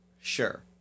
Sure